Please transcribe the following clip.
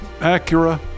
Acura